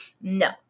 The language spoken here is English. No